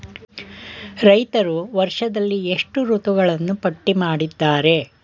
ರೈತರು ವರ್ಷದಲ್ಲಿ ಎಷ್ಟು ಋತುಗಳನ್ನು ಪಟ್ಟಿ ಮಾಡಿದ್ದಾರೆ?